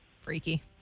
Freaky